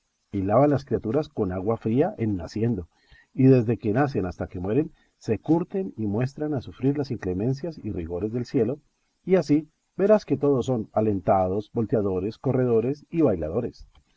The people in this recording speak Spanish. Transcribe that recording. y lavan las criaturas con agua fría en naciendo y desde que nacen hasta que mueren se curten y muestran a sufrir las inclemencias y rigores del cielo y así verás que todos son alentados volteadores corredores y bailadores